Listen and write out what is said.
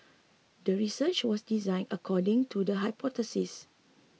the research was designed according to the hypothesis